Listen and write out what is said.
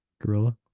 Gorilla